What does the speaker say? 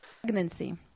Pregnancy